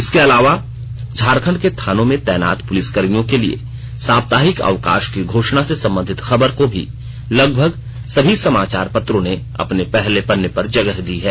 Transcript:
इसके अलावा झारखंड के थानो में तैनात पुलिस कर्मियों के लिए साप्ताहिक अवकाश की घोषणा से संबंधित खबर को भी लगभग सभी समाचार पत्रों ने पहले पन्ने पर जगह दी है